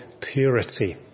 purity